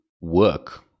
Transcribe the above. work